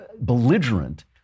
belligerent